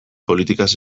politikaz